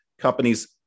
companies